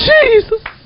Jesus